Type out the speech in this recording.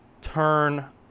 turn